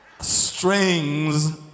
Strings